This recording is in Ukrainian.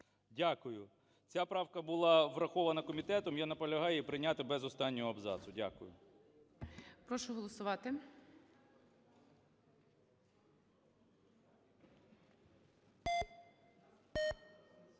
Дякую. Ця правка була врахована комітетом. Я наполягаю її прийняти без останнього абзацу. Дякую. ГОЛОВУЮЧИЙ. Прошу голосувати.